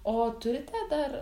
o turite dar